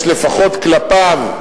יש לפחות כלפיו,